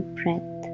breath